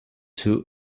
too